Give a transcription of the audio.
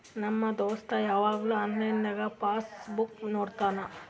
ನಮ್ ದೋಸ್ತ ಯವಾಗ್ನು ಆನ್ಲೈನ್ನಾಗೆ ಪಾಸ್ ಬುಕ್ ನೋಡ್ತಾನ